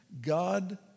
God